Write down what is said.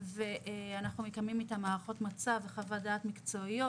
ואנחנו מקיימים אתו הערכות מצב וחוות דעת מקצועיות.